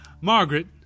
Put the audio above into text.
Margaret